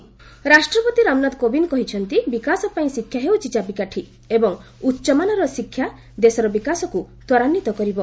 president Gorakhpur ରାଷ୍ଟ୍ରପତି ରାମନାଥ କୋବିନ୍ଦ କହିଚ୍ଚନ୍ତି ବିକାଶ ପାଇଁ ଶିକ୍ଷା ହେଉଛି ଚାବିକାଠି ଏବଂ ଉଚ୍ଚମାନର ଶିକ୍ଷା ଦେଶର ବିକାଶକୁ ତ୍ୱରାନ୍ଧିତ କରିବ